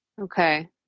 okay